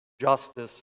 justice